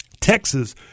Texas